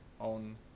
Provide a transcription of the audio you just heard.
own